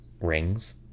rings